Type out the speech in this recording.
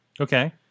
Okay